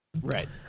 right